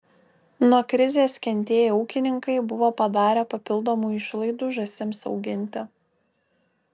nuo krizės kentėję ūkininkai buvo padarę papildomų išlaidų žąsims auginti